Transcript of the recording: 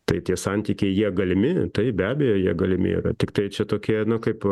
tai tie santykiai jie galimi taip be abejo jie galimi tiktai čia tokie kaip